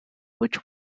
which